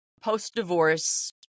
post-divorce